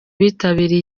bitabiriye